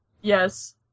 Yes